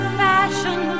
fashion